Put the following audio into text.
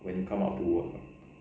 when you come out to work ah